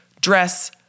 dress